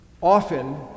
often